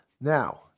Now